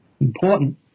important